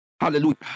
Hallelujah